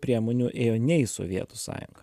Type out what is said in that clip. priemonių ėjo ne į sovietų sąjungą